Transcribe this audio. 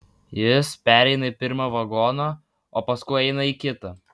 jis pereina pirmą vagoną o paskui įeina į kitą